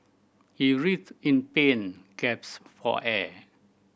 he writhed in pain gaps for air